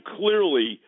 clearly